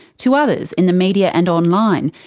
to others, in the media and online,